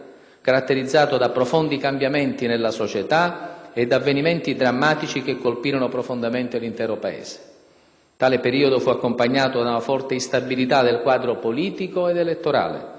caratterizzato da profondi cambiamenti nella società e da avvenimenti drammatici che colpirono profondamente l'intero Paese. Tale periodo fu accompagnato da una forte instabilità del quadro politico ed elettorale